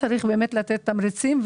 צריך לתת תמריצים,